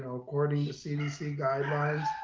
and according to cdc guidelines,